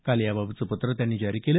काल याबाबतचं पत्र त्यांनी जारी केलं